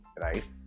right